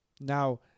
Now